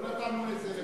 לא נתנו לזה,